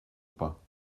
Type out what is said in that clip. pas